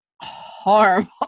horrible